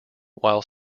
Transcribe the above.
while